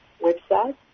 website